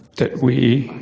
that we